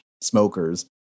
smokers